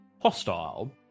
hostile